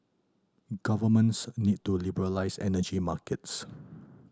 governments need to liberalise energy markets